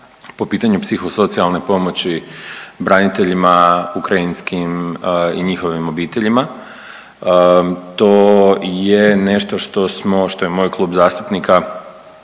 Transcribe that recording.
po pitanju psihosocijalne pomoći braniteljima ukrajinskim i njihovim obiteljima. To je nešto što smo, što je moj Klub zastupnika